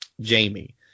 Jamie